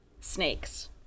snakes